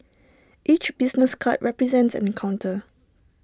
each business card represents an encounter